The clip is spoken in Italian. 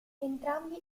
entrambi